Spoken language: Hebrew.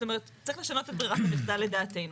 זאת אומרת, צריך לשנות את ברירת המחדל לדעתנו.